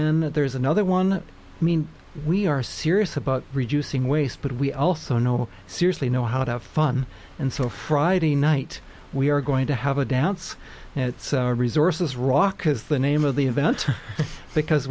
then there's another one i mean we are serious about reducing waste but we also know seriously know how to have fun and so friday night we are going to have a downside it's resources rakas the name of the event because